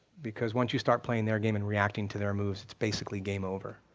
because once you start playing their game and reacting to their moves, it's basically game over.